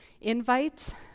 invite